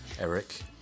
Eric